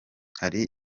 hari